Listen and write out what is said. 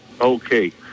Okay